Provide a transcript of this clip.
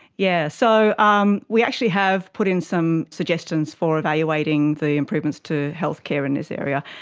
yeah so um we actually have put in some suggestions for evaluating the improvements to healthcare in this area.